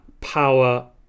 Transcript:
power